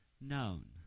known